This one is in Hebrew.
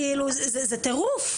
זה טירוף.